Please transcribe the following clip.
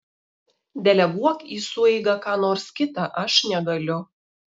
deleguok į sueigą ką nors kitą aš negaliu